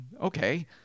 Okay